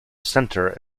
centre